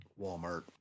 Walmart